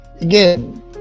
again